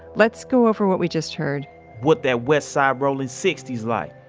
let's go over what we just heard what that west side rollin sixty s like?